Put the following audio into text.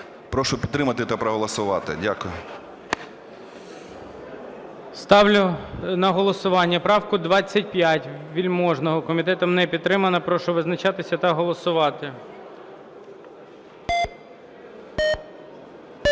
Прошу підтримати та проголосувати. Дякую. ГОЛОВУЮЧИЙ. Ставлю на голосування правку 25 Вельможного. Комітетом не підтримана. Прошу визначатися та голосувати.